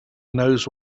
knows